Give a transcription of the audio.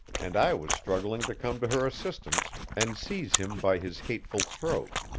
and i was struggling to come to her assistance and seize him by his hateful throat.